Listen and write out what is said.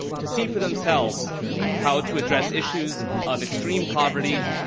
to see for themselves how to address issues of extreme poverty.